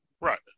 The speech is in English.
Right